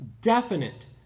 definite